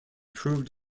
proved